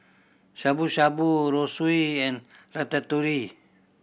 Shabu Shabu Zosui and Ratatouille